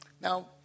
Now